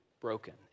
broken